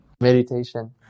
Meditation